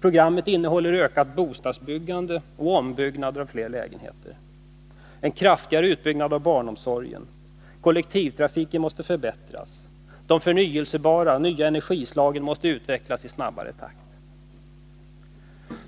Programmet innehåller ökat bostadsbyggande och ombyggnader av fler lägenheter, en kraftigare utbyggnad av barnomsorgen, förbättring av kollektivtrafiken och snabbare utveckling av förnyelsebara energislag.